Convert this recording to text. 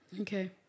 Okay